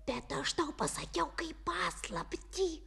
bet aš tau pasakiau kaip paslaptį